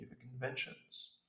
Conventions